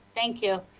thank you.